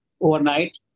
overnight